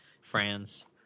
France